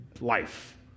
life